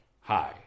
Hi